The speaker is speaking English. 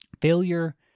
Failure